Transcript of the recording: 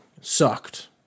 sucked